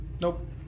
Nope